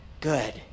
good